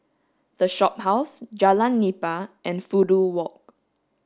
the Shophouse Jalan Nipah and Fudu Walk